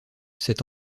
cette